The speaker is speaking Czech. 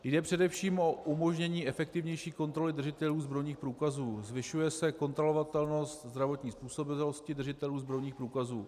Jde především o umožnění efektivnější kontroly držitelů zbrojních průkazů, zvyšuje se kontrolovatelnost zdravotní způsobilosti držitelů zbrojních průkazů.